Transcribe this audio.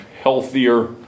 healthier